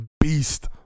beast